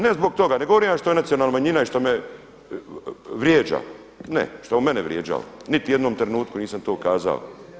Ne zbog toga ne govorim ja što je nacionalna manjina i što me vrijeđa, ne što je on mene vrijeđao niti u jednom trenutku nisam to kazao.